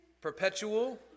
perpetual